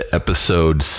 episode